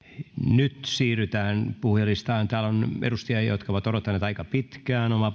nyt siirrytään puhujalistaan täällä on edustajia jotka ovat odottaneet aika pitkään omaa